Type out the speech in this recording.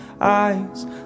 eyes